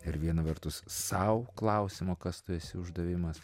ir viena vertus sau klausimo kas tu esi uždavimas